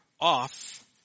off